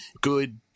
good